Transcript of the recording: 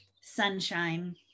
sunshine